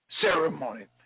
ceremony